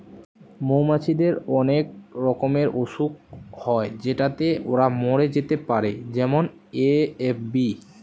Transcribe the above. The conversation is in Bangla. মৌমাছিদের অনেক রকমের অসুখ হয় যেটাতে ওরা মরে যেতে পারে যেমন এ.এফ.বি